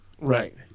Right